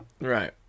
Right